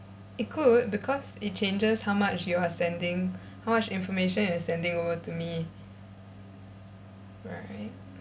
it could because it changes how much you are sending how much information you're sending over to me right